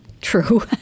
true